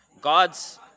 God's